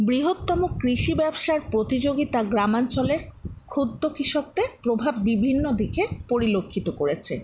বৃহত্তম কৃষি ব্যবসার প্রতিযোগিতা গ্রামাঞ্চলের ক্ষুব্ধ কৃষকদের প্রভাব বিভিন্ন দিকে পরিলক্ষিত করেছে